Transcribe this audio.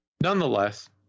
Nonetheless